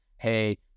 hey